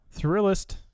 Thrillist